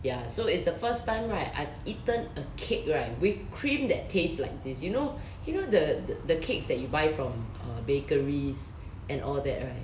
ya so it's the first time right I've eaten a cake right with cream that taste like this you know you know the the cakes that you buy from uh bakeries and all that right